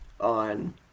on